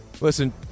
Listen